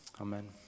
amen